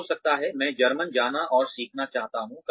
कल हो सकता है मैं जर्मन जाना और सीखना चाहता हूँ